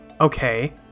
Okay